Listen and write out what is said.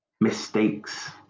mistakes